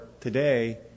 today